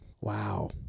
Wow